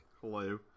Hello